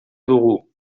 dugu